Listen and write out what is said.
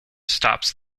stops